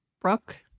Brooke